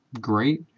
great